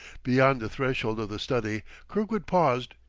beyond the threshold of the study, kirkwood paused,